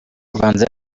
ubanza